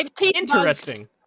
interesting